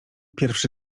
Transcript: pierwszy